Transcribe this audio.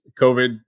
COVID